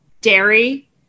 dairy